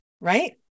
right